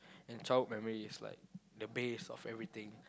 and childhood memories is like the base of everything